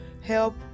help